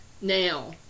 now